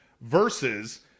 versus